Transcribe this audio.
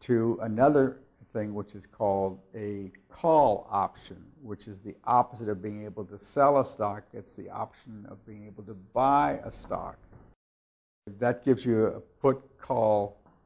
to another thing which is called a call option which is the opposite of being able to sell a stock at the option of being able to buy a stock that gives you a put call